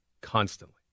constantly